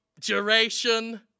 duration